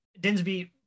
Dinsby